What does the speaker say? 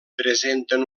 presenten